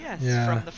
Yes